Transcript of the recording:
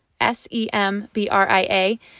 S-E-M-B-R-I-A